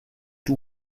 two